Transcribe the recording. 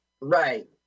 Right